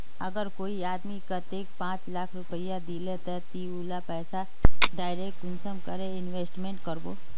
अगर कोई आदमी कतेक पाँच लाख रुपया दिले ते ती उला पैसा डायरक कुंसम करे इन्वेस्टमेंट करबो?